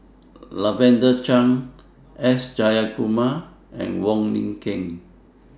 Lavender Chang S Jayakumar and Wong Lin Ken